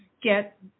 get